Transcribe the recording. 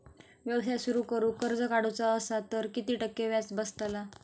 व्यवसाय सुरु करूक कर्ज काढूचा असा तर किती टक्के व्याज बसतला?